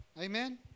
Amen